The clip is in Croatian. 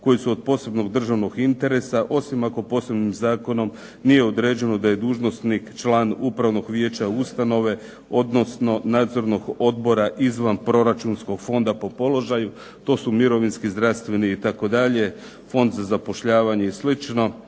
koji su od posebnog državnog interesa, osim ako posebnim zakonom nije određeno da je dužnosnik član upravnog vijeća ustanove odnosno nadzornog odbora izvanproračunskog fonda po položaju, to su zdravstveni, mirovinski itd., Fond za zapošljavanje i